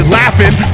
laughing